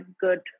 good